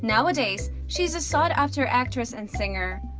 nowadays, she is a sought-after actress and singer.